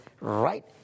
right